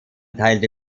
teilte